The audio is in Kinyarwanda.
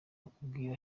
akubwira